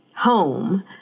home